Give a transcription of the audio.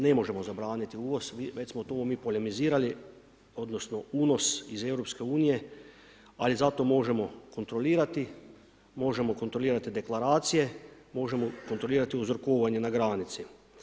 Ne možemo zabraniti uvoz, već smo mi o tome polemizirali odnosno unos iz EU, ali zato možemo kontrolirati, možemo kontrolirati deklaracije, možemo kontrolirati uzorkovanje na granici.